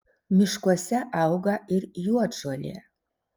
miškuose auga ir juodžolė